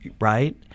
right